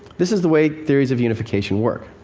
this is the way theories of unification work.